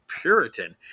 Puritan